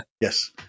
Yes